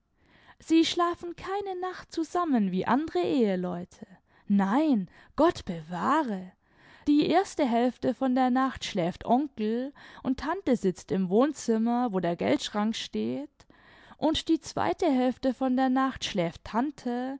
sie schlafen keine nacht zusammen wie andere eheleute nein gott bewahre die erste hälfte von der nacht schläft onkel und tante sitzt im wohnzimmer wo der geldschrank steht und die zweite hälfte von der nacht schläft tante